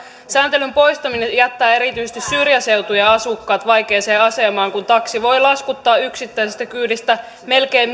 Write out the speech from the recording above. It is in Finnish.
sääntelyn poistaminen jättää erityisesti syrjäseutujen asukkaat vaikeaan asemaan kun taksi voi laskuttaa yksittäisestä kyydistä melkein